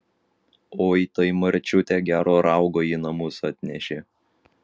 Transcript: oi tai marčiutė gero raugo į namus atnešė